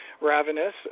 Ravenous